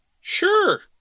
Sure